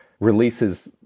releases